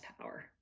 power